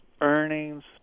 earnings